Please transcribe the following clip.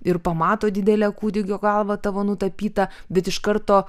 ir pamato didelę kūdikio galvą tavo nutapytą bet iš karto